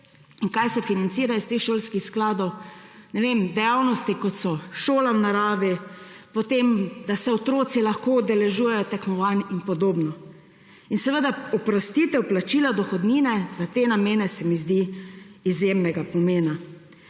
In kaj se financira iz teh šolskih skladov? Ne vem, dejavnosti, kot so šola v naravi, potem da se otroci lahko udeležujejo tekmovanj in podobno. Seveda oprostitev vplačila dohodnine za te namene se mi zdi izjemnega pomena.